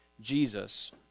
Jesus